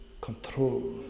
control